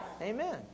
Amen